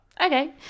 Okay